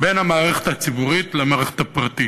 בין המערכת הציבורית למערכת הפרטית.